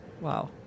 Wow